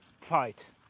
fight